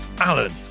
alan